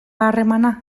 harremana